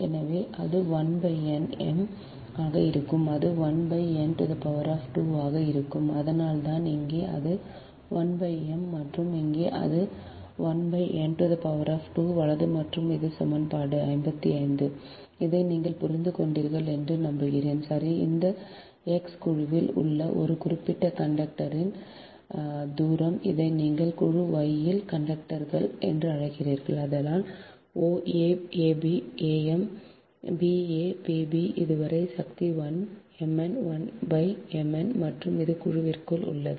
எனவே அது 1 n m ஆக இருக்கும் அது 1 n2 ஆக இருக்கும் அதனால்தான் இங்கே அது 1 mn மற்றும் இங்கே அது 1 n2 வலது மற்றும் இது சமன்பாடு 55 இதை நீங்கள் புரிந்து கொண்டீர்கள் என்று நம்புகிறேன் சரி இது X குழுவில் உள்ள ஒரு குறிப்பிட்ட கண்டக்டரின் தூரம் இதை நீங்கள் குழு Y யில் கண்டக்டர்கள் என்று அழைக்கிறீர்கள் அதனால் ஒ a a b am b a bb இது வரை சக்தி 1 mn 1 mn மற்றும் இது குழுவிற்குள் உள்ளது